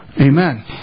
Amen